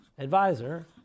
advisor